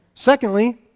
Secondly